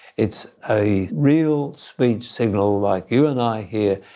it's a real speech signal like you and i hear,